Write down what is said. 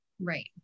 Right